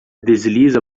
desliza